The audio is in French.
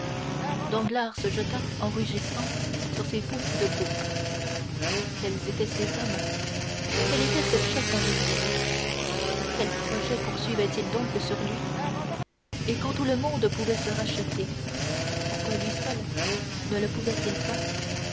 cellule danglars se jeta en rugissant sur ses peaux de bouc quels étaient ces hommes quel était ce chef invisible quels projets poursuivaient ils donc sur lui et quand tout le monde pouvait se racheter pourquoi lui seul ne le pouvait-il pas